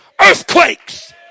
earthquakes